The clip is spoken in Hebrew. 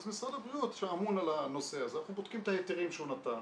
אז משרד הבריאות שאמון על הנושא הזה אנחנו בודקים את ההיתרים שהוא נתן,